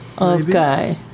Okay